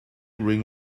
ring